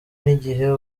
n’igihe